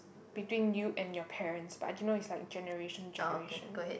between you and your parents but I cannot use like generation generation